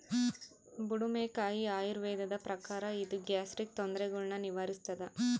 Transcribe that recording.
ಬುಡುಮೆಕಾಯಿ ಆಯುರ್ವೇದದ ಪ್ರಕಾರ ಇದು ಗ್ಯಾಸ್ಟ್ರಿಕ್ ತೊಂದರೆಗುಳ್ನ ನಿವಾರಿಸ್ಥಾದ